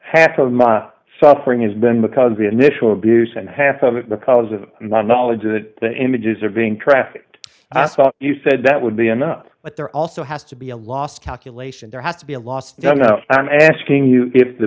half of my suffering has been because the initial abuse and half of it because of my knowledge of the images are being trafficked i thought you said that would be enough but there also has to be a last calculation there has to be a last i'm asking you if the